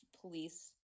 police